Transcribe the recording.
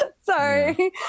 Sorry